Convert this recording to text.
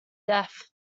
deaf